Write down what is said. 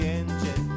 engine